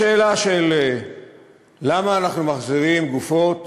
לשאלה, למה אנחנו מחזירים גופות